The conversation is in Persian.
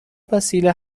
وسیله